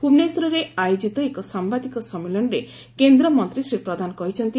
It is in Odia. ଭୁବନେଶ୍ୱରରେ ଆୟୋଜିତ ଏକ ସାମ୍ଘାଦିକ ସମ୍ମିଳନୀରେ କେନ୍ଦ୍ରମନ୍ତୀ ଶ୍ରୀ ପ୍ରଧାନ କହିଛନ୍ତି